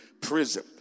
prison